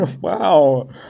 Wow